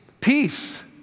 Peace